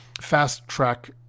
fast-track